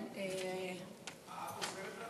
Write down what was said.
אה, את עוזרת לנו?